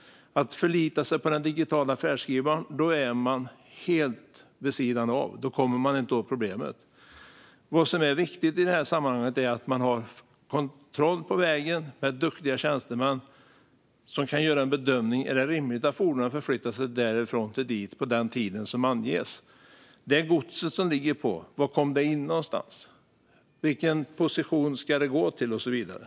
Om man förlitar sig på den digitala färdskrivaren är man helt vid sidan av. Då kommer man inte åt problemet. Vad som är viktigt i det här sammanhanget är att man har kontroll på vägen med duktiga tjänstemän som kan göra en bedömning. Är det rimligt att fordonet har förflyttat sig därifrån till dit på den tid som anges? Det gods som ligger på lasten, var kom det in någonstans? Vilken position ska det gå till och så vidare?